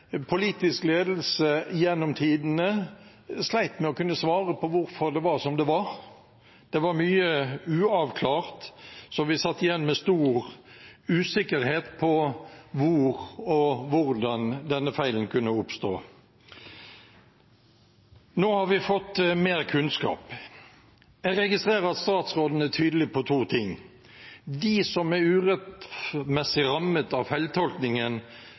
politisk ledelse gjennom tidene slet med å kunne svare på hvorfor det var som det var. Det var mye uavklart, så vi satt igjen med stor usikkerhet når det gjaldt hvor og hvordan denne feilen kunne oppstå. Nå har vi fått mer kunnskap. Jeg registrerer at statsråden er tydelig på to ting: De som er urettmessig rammet av feiltolkningen,